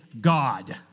God